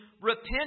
repent